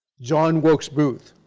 john wilkes booth,